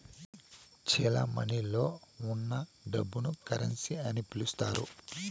చెలమణిలో ఉన్న డబ్బును కరెన్సీ అని పిలుత్తారు